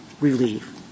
relief